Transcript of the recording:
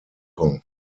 kong